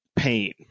pain